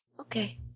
Okay